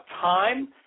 time